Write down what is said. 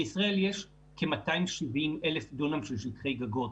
בישראל יש כ-270,000 דונם של שטחי גגות.